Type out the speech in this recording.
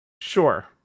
Sure